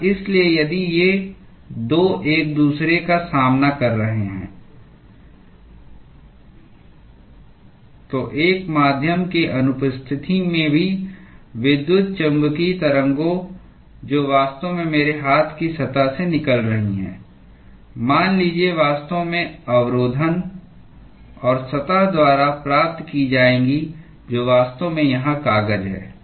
और इसलिए यदि ये 2 एक दूसरे का सामना कर रहे हैं तो एक माध्यम की अनुपस्थिति में भी विद्युत चुम्बकीय तरंगें जो वास्तव में मेरे हाथ की सतह से निकल रही हैं मान लीजिए वास्तव में अवरोधन और सतह द्वारा प्राप्त की जाएंगी जो वास्तव में यहाँ कागज है